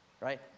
Right